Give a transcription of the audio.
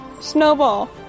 Snowball